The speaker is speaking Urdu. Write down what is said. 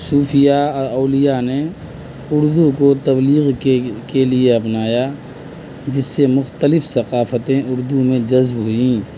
صوفیہ اولیا نے اردو کو تبلیغ کے کے لیے اپنایا جس سے مختلف ثقافتیں اردو میں جذب ہوئیں